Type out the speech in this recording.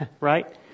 right